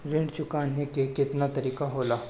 ऋण चुकाने के केतना तरीका होला?